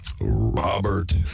Robert